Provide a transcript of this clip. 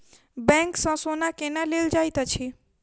bank सँ सोना केना लेल जाइत अछि